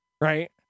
Right